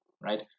right